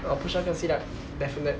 我 push up 跟 sit up definitely